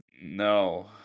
No